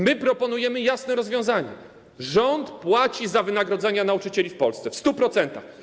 My proponujemy jasne rozwiązanie: rząd płaci za wynagrodzenia nauczycieli w Polsce w 100%.